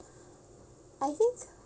I think